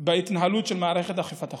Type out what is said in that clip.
בהתנהלות של מערכת אכיפת החוק.